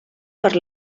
per